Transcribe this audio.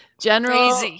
general